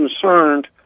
concerned